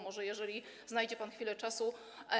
Może jeżeli znajdzie pan chwilę czasu.